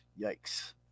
Yikes